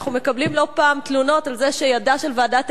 אנחנו מקבלים לא פעם תלונות על זה שידה של ועדת